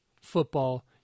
football